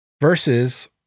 versus